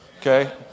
Okay